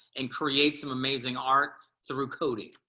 and create some amazing art through coding.